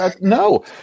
no